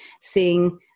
seeing